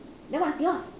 then what's yours